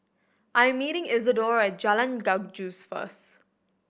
I am meeting Isadore at Jalan Gajus first